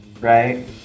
Right